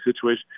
situation